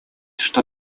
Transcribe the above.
что